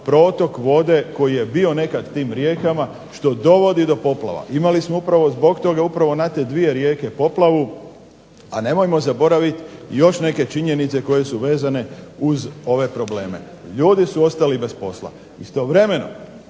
protok vode koji je bio nekad tim rijekama što dovodi do poplava. Imali smo upravo zbog toga upravo na te dvije rijeke poplavu, a nemojmo zaboraviti još neke činjenice koje su vezane uz ove probleme. Ljudi su ostali bez posla. Istovremeno